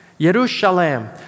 Jerusalem